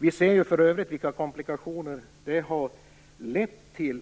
Vi ser för övrigt vilka komplikationer det har lett till